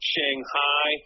Shanghai